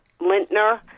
Lintner